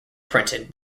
printed